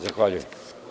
Zahvaljujem.